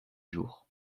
jours